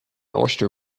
oyster